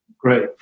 Great